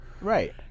Right